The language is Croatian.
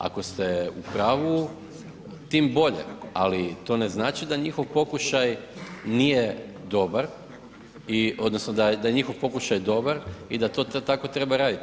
Ako ste u pravu tim bolje, ali to ne znači da njihov pokušaj nije dobar odnosno da je njihov pokušaj dobar i da to tako treba raditi.